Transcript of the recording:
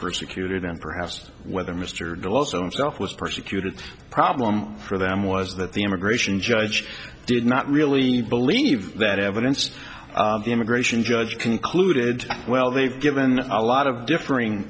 persecuted and perhaps whether mr gill also itself was persecuted problem for them was that the immigration judge did not really believe that evidence the immigration judge concluded well they've given a lot of differing